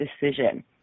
decision